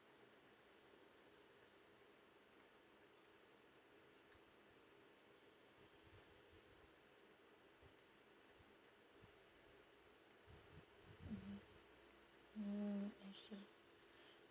mmhmm mm I see